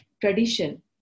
tradition